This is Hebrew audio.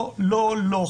לא, לא, לא.